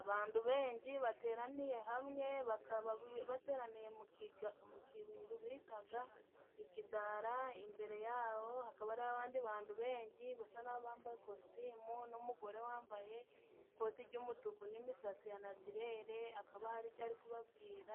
Abandu benji bateraniye hamwe bakaba bateraniye mu kindu bitaga ikidara imbere yaho hakaba hari abandi bandu ba basa n' abambaye kositimu n'umugore wambaye ikoti ry'umutuku n'imisatsi ya natirere akaba hari ico ari kubabwira